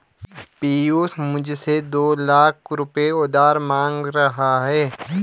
पियूष मुझसे दो लाख रुपए उधार मांग रहा है